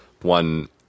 one